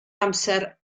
amser